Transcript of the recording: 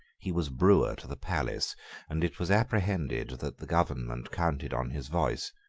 he was brewer to the palace and it was apprehended that the government counted on his voice.